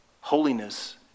Holiness